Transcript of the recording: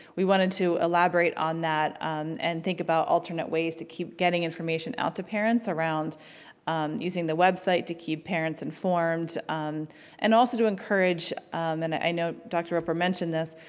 we wanted to elaborate on that and think about alternate ways to keep getting information out to parents around using the website to keep parents informed um and also to encourage, and i know dr. roper mentioned this,